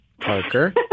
Parker